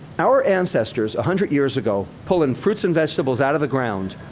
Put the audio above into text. our ancestors a hundred years ago, pulling fruits and vegetables out of the ground,